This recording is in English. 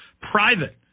private